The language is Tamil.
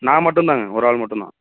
நான் மட்டும்தாங்க ஒரு ஆள் மட்டும்தான்